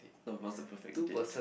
some of us the perfect date